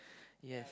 yes